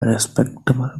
respectable